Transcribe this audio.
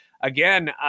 Again